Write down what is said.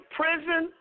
prison